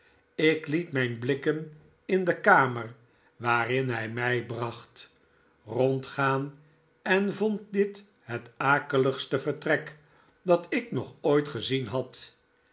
ik liet mijn blikken in de kamer waarin hij mij bracht rondgaan en vond dit het akeligste vertrek dat ik nog ooit gezien had